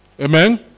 Amen